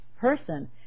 person